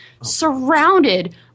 surrounded